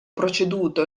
proceduto